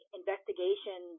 investigation